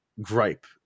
gripe